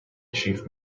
chief